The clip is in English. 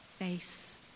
face